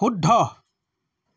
শুদ্ধ